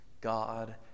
God